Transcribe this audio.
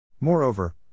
Moreover